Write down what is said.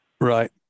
Right